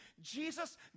Jesus